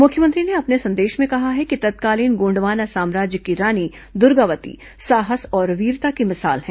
मुख्यमंत्री ने अपने संदेश में कहा है कि तत्कालीन गोंडवाना साम्राज्य की रानी दुर्गावती साहस और वीरता की मिसाल हैं